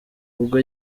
ubwo